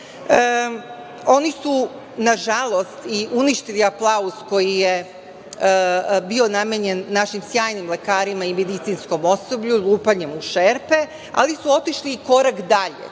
Oni su na žalost i uništili aplauz koji je bio namenjen našim sjajnim lekarima i medicinskom osoblju lupanjem u šerpe, ali su otišli i korak dalje,